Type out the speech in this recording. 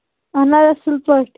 اَہَن حظ اَصٕل پٲٹھۍ